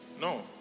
No